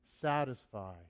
satisfy